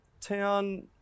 town